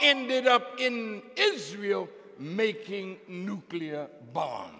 ended up in israel making nuclear bo